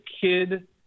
kid